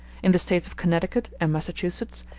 in the states of connecticut and massachusetts,